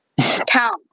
Count